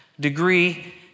degree